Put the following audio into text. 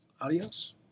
Adios